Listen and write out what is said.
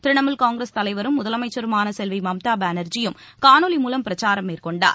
திரிணாமுல் காங்கிரஸ் தலைவரும் முதலமைச்சருமான செல்விமம்தா பானர்ஜியும் காணொலி மூவம் பிரச்சாரம் மேற்கொண்டார்